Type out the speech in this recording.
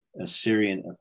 Assyrian